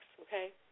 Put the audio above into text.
okay